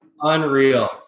Unreal